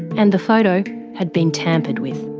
and the photo had been tampered with.